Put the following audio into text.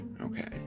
okay